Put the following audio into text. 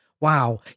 wow